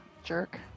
Jerk